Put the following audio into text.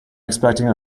expecting